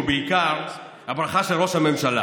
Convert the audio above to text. ובעיקר הברכה של ראש הממשלה,